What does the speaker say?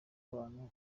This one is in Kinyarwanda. abantu